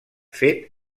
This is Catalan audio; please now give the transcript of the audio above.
fet